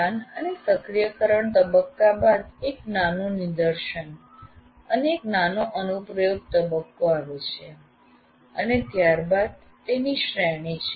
ધ્યાન અને સક્રિયકરણ તબક્કા બાદ એક નાનું નિદર્શન અને એક નાનો અનુપ્રયોગ તબક્કો આવે છે અને ત્યારબાદ તેની શ્રેણી છે